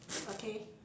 okay